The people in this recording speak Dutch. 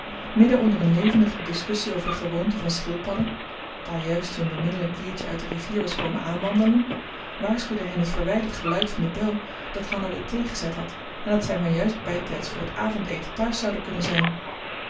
onder een levendige discussie over de gewoonten van schildpadden daar juist zoo'n beminnelijk diertje uit de rivier was komen aanwandelen waarschuwde hen het verwijderd geluid van de bel dat hanna de thee gezet had en dat zij maar juist bijtijds voor het avondeten thuis zouden kunnen zijn